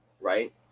right